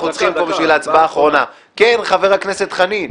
אני מבקשת להעביר את הדיון בהוראת שעה או בחקיקה לוועדת חוץ וביטחון.